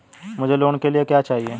मुझे लोन लेने के लिए क्या चाहिए?